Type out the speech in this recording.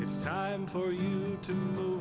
it's time for you to